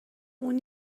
اون